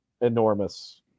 enormous